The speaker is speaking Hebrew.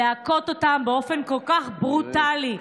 להכות אותם באופן כל כך ברוטלי.